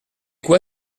quoi